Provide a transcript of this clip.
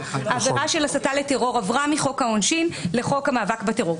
עבירה של הסתה לטרור עברה מחוק העונשין לחוק המאבק בטרור.